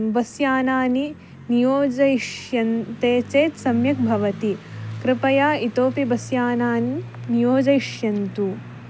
bus यानानि नियोजयिष्यन्ते चेत् सम्यक् भवति कृपया इतोपि बस् यानानि नियोजयिष्यन्तु